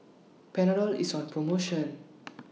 Panadol IS on promotion